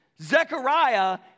Zechariah